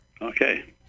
Okay